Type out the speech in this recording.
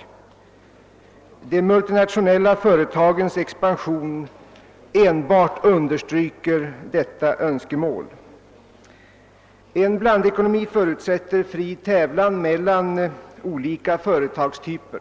Enbart de multinationella företagens expansion understryker detta behov. En blandekonomi förutsätter fri tävlan mellan olika företagstyper